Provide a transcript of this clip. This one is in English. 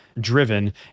driven